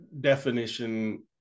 definition